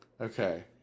Okay